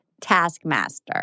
taskmaster